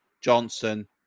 Johnson